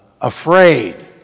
afraid